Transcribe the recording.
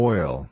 Oil